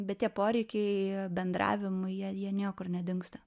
bet tie poreikiai bendravimui jie jie niekur nedingsta